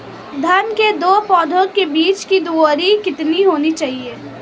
धान के दो पौधों के बीच की दूरी कितनी होनी चाहिए?